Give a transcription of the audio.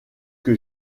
que